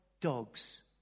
dogs